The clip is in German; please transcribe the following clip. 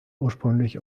ursprünglich